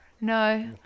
No